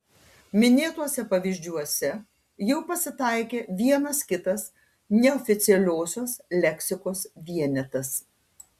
minėtuose pavyzdžiuose jau pasitaikė vienas kitas neoficialiosios leksikos vienetas